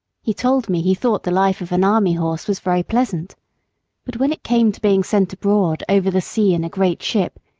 he told me he thought the life of an army horse was very pleasant but when it came to being sent abroad over the sea in a great ship,